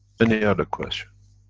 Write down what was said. any other question?